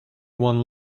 one